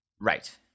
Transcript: Right